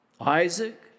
Isaac